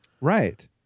Right